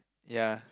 ya